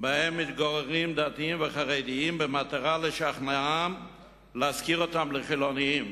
שבהן מתגוררים דתיים וחרדים במטרה לשכנעם להשכיר אותן לחילונים.